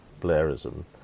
Blairism